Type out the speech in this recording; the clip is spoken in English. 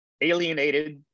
alienated